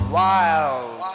wild